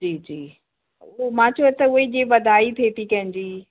जी जी उओ मां चयो त हूअं ई जीअं वधाई थिए थी कंहिंजी